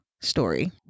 story